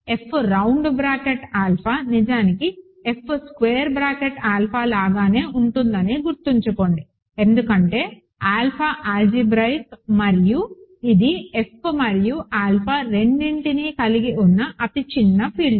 F round bracket alpha నిజానికి F square bracket alpha లాగానే ఉంటుందని గుర్తుంచుకోండి ఎందుకంటే ఆల్ఫా ఆల్జీబ్రాయిక్ మరియు ఇది F మరియు ఆల్ఫా రెండింటినీ కలిగి ఉన్న అతి చిన్న ఫీల్డ్